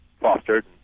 fostered